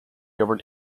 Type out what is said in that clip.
govern